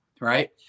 Right